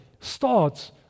starts